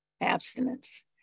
abstinence